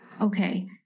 Okay